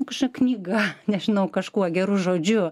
kažkokia knyga nežinau kažkuo geru žodžiu